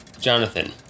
Jonathan